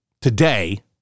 today